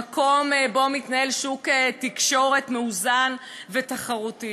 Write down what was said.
במקום שבו מתנהל שוק תקשורת מאוזן ותחרותי.